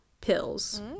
pills